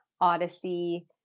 Odyssey